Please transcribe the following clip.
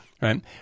Right